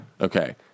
Okay